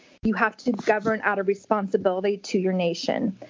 you have to govern out of responsibility to your nation,